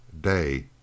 Day